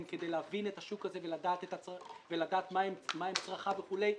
כדי להבין את השוק הזה ולדעת את מהם צרכיו וכולי.